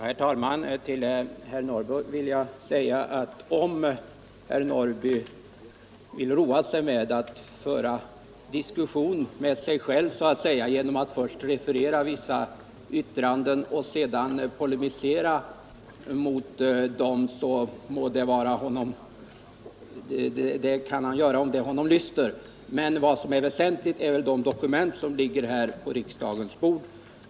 Herr talman! Om herr Norrby i Åkersberga vill roa sig med att föra diskussion med sig själv så att säga, genom att först referera vissa yttranden och sedan polemisera mot dem, kan han göra på det sättet om det honom lyster, men det väsentliga är väl de dokument som ligger på riksdagens bord.